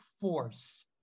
force